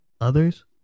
others